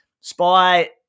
Spy